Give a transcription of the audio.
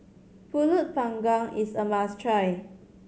Pulut Panggang is a must try